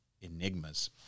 enigmas